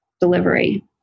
delivery